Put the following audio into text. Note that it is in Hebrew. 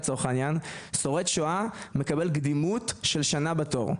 לצורך העניין שורד שואה מקבל קדימות של שנה בתור.